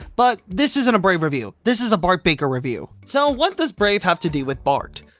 but this isn't a brave review this is a bart baker review. so what does brave have to do with bart?